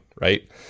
Right